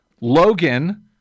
Logan